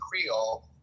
Creole